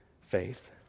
faith